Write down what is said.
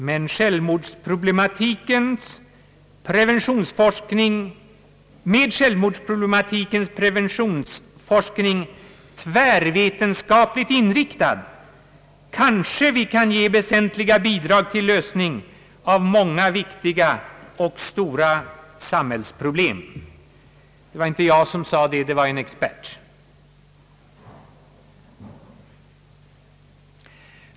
Med självmordsproblematikens preventionsforskning tvärvetenskapligt integrerad kanske vi kan ge väsentliga bidrag till lösning av många viktiga och stora samhällsproblem.» Det var inte jag som sade det, det var en expert.